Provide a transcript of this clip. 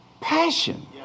passion